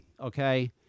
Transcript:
okay